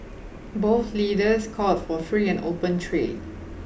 both leaders called for free and open trade